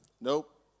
nope